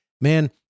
Man